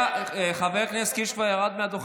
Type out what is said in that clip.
תבוא לפה ממשלת ימין, מדיניות